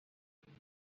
مامانت